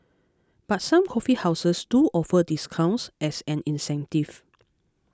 but some coffee houses do offer discounts as an incentive